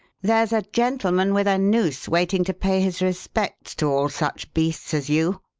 there's a gentleman with a noose waiting to pay his respects to all such beasts as you!